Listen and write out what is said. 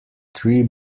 three